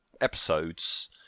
episodes